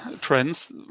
trends